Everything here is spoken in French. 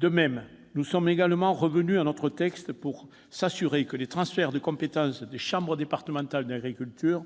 De même, nous sommes également revenus à notre texte afin de garantir que les transferts de compétences des chambres départementales d'agriculture